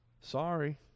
sorry